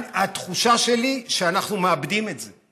והתחושה שלי היא שאנחנו מאבדים את זה,